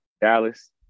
Dallas